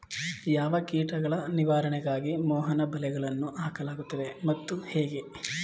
ಯಾವ ಕೀಟಗಳ ನಿವಾರಣೆಗಾಗಿ ಮೋಹನ ಬಲೆಗಳನ್ನು ಹಾಕಲಾಗುತ್ತದೆ ಮತ್ತು ಹೇಗೆ?